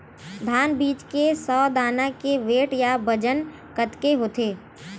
धान बीज के सौ दाना के वेट या बजन कतके होथे?